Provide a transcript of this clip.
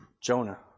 Jonah